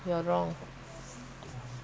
you cannot talk like that okay